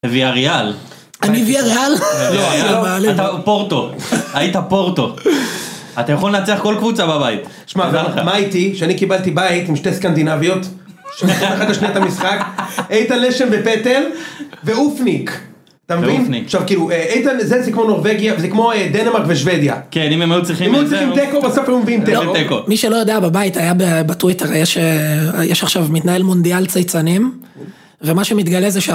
אביאריאל. אני אביאריאל? פורטו היית פורטו. אתה יכול לנצח כל קבוצה בבית. מה הייתי שאני קיבלתי בית עם שתי סקנדינביות. שנתנו אחת לשנייה את במשחק. איתן לשם ופטל ואופניק, אתה מבין? עכשיו כאילו איתן זה זה כמו נורבגיה זה כמו דנמרק ושוודיה. מי שלא יודע בבית היה בטוויטר יש עכשיו מתנהל מונדיאל צייצנים. ומה שמתגלה זה שה....